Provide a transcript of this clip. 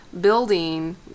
building